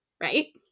right